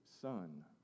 son